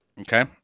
Okay